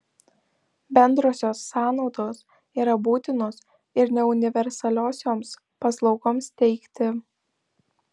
bendrosios sąnaudos yra būtinos ir neuniversaliosioms paslaugoms teikti